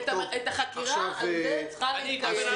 החקירה צריכה להתקיים.